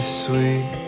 sweet